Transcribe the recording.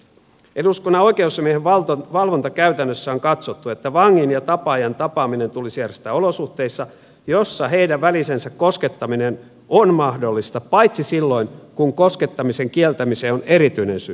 eduskunnan oikeusasiamiehen valvontakäytännössä on katsottu että vangin ja tapaajan tapaaminen tulisi järjestää olosuhteissa joissa heidän välisensä koskettaminen on mahdollista paitsi silloin kun koskettamisen kieltämiseen on erityinen syy